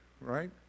right